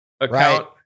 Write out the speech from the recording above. account